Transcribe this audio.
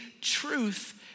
truth